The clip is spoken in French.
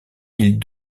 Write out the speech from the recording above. ils